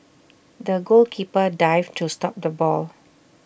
the goalkeeper dived to stop the ball